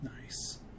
Nice